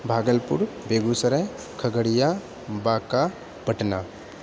Bhagalpur Begusarai Khagaria Banka Patna